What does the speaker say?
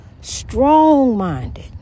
strong-minded